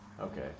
Okay